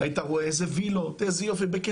היית רואה איזה וילות יש להם.